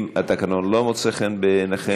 אם התקנון לא מוצא חן בעיניכם,